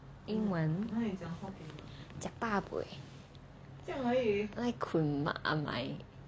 英文 jiak ba buay ni ai kun ai mai